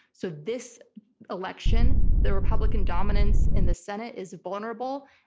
so this election, the republican dominance in the senate is vulnerable.